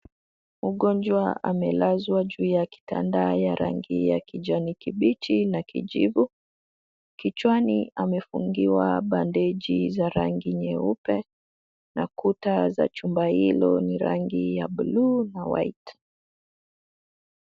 Mgonjwa amelazwa juu ya kitanda ya rangi ya kijani kibichi na kijivu, kichwani amefungiwa bandeji za rangi nyeupe na kuta za chumba hilo ni rangi ya bluu na white .